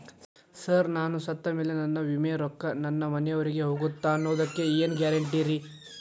Sir ನಾನು ಸತ್ತಮೇಲೆ ನನ್ನ ವಿಮೆ ರೊಕ್ಕಾ ನನ್ನ ಮನೆಯವರಿಗಿ ಹೋಗುತ್ತಾ ಅನ್ನೊದಕ್ಕೆ ಏನ್ ಗ್ಯಾರಂಟಿ ರೇ?